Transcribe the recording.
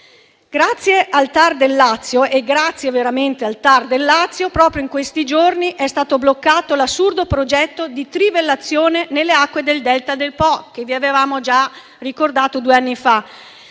Grazie al TAR del Lazio - e grazie veramente al TAR del Lazio - proprio in questi giorni è stato bloccato l'assurdo progetto di trivellazione nelle acque del delta del Po - ve lo avevamo già ricordato due anni fa